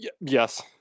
Yes